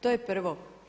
To je prvo.